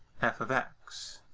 f of x.